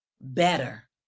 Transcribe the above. better